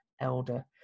elder